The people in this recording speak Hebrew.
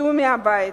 הוצאו מהבית.